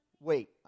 Wait